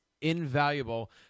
Invaluable